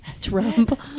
Trump